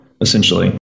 essentially